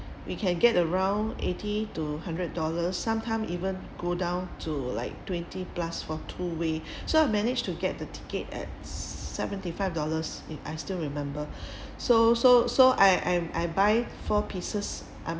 we can get around eighty to hundred dollars sometime even go down to like twenty plus for two way so I managed to get the ticket at seventy five dollars if I still remember so so so I I'm I buy four pieces I'm